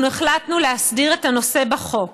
אנחנו החלטנו להסדיר את הנושא בחוק.